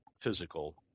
physical